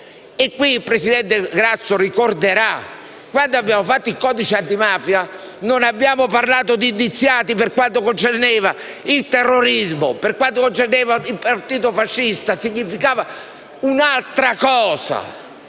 Il presidente Grasso ricorderà che quando abbiamo fatto il codice antimafia non abbiamo parlato di indiziati per quanto concerneva il terrorismo e il partito fascista; significava un'altra cosa: